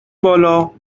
بالا